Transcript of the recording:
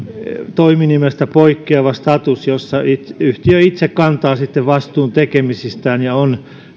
toiminimestä poikkeava status jossa yhtiö itse kantaa vastuun tekemisistään ja on